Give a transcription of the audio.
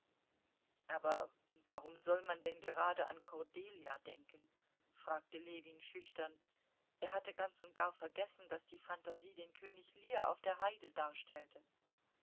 aber warum soll man denn gerade an kordelia denken fragte ljewin schüchtern er hatte ganz und gar vergessen daß die phantasie den könig lear auf der heide darstellte